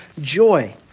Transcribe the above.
joy